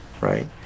right